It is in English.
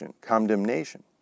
condemnation